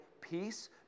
peace